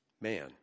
Man